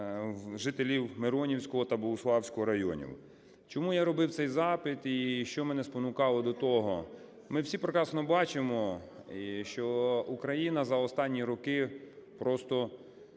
жителів Миронівського та Богуславського районів. Чому я робив цей запит і що мене спонукало до того? Ми всі прекрасно бачимо, що Україна за останні роки просто